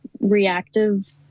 reactive